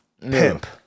Pimp